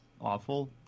awful